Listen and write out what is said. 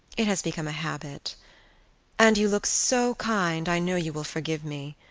it has become a habit and you look so kind i know you will forgive me.